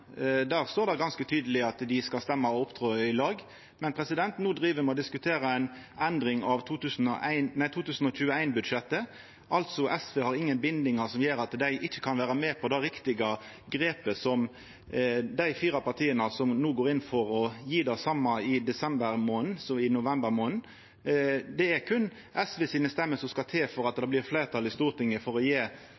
Der står det ganske tydeleg at dei skal røysta i lag og opptre i lag, men no diskuterer me ei endring av 2021-budsjettet, og SV har då altså ingen bindingar som gjer at dei ikkje kan vera med på å ta det riktige grepet, som dei fire partia som no går inn for å gje det same i desember som i november, tek. Det er berre SV sine røyster som skal til for at